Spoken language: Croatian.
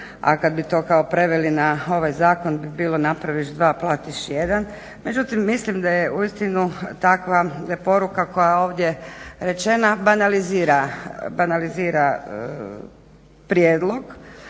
a kad bi to kao preveli na ovaj zakon bi bilo napraviš 2, platiš 1. Međutim mislim da je uistinu takva poruka koja je ovdje rečena banalizira prijedlog